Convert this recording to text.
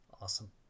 Awesome